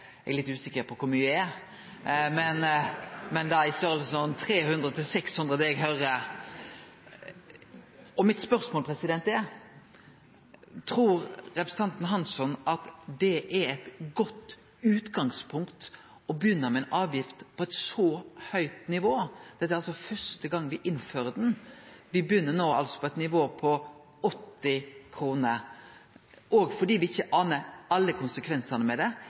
eg litt usikker på kor mykje er, men i størrelsesorden 300–600 kr etter det eg høyrer. Mitt spørsmål er: Trur representanten Hansson at det er eit godt utgangspunkt å begynne med ei avgift på eit så høgt nivå? Dette er altså første gongen me innfører ho. Me begynner no med eit nivå på 80 kr, òg fordi me ikkje aner alle konsekvensane av det.